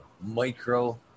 micro